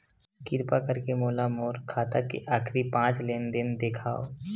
किरपा करके मोला मोर खाता के आखिरी पांच लेन देन देखाव